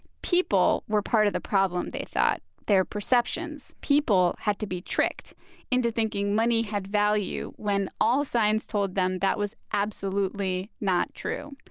people were part of the problem, they thought their perceptions. people had to be tricked into thinking money had value when all signs told them that was absolutely not true.